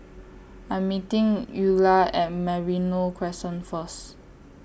I'm meeting Eulah At Merino Crescent First